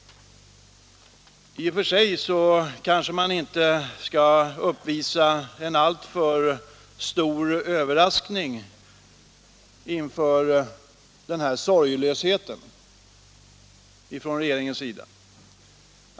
I och för sig kanske jag inte skall uppvisa en alltför stor överraskning inför den här sorglösheten från regeringens sida.